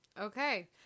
Okay